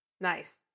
Nice